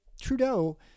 Trudeau